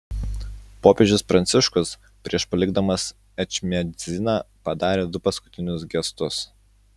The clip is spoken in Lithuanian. popiežius pranciškus prieš palikdamas ečmiadziną padarė du paskutinius gestus